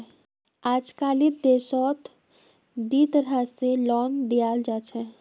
अजकालित देशत दी तरह स लोन दियाल जा छेक